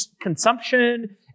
Consumption